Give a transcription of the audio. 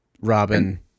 Robin